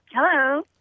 Hello